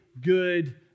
good